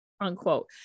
unquote